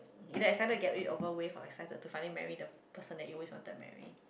either excited to get it over with or excited to finally marry the person that you always wanted to marry